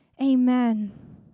Amen